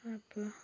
അപ്പൊൾ